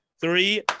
three